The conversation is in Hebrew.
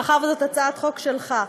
מאחר שזאת הצעת חוק שלך,